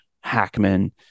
Hackman